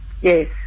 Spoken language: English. Yes